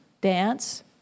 dance